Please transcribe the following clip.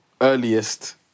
earliest